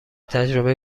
تجربه